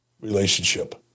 relationship